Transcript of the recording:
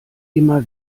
immer